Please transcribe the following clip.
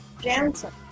Jansen